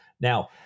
Now